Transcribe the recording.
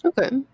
okay